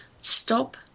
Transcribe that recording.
stop